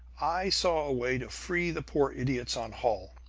i saw a way to free the poor idiots on holl!